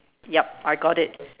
yup I got it